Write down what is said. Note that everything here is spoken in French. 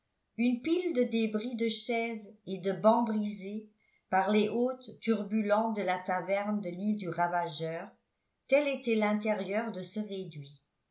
une pile de débris de chaises et de bancs brisés par les hôtes turbulents de la taverne de l'île du ravageur tel était l'intérieur de ce réduit